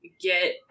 get